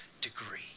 degree